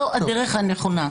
זו הדרך הנכונה.